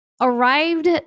arrived